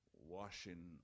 washing